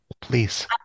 Please